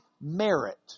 merit